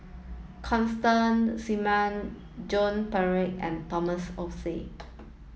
Constance Joan Pereira and Thomas Oxley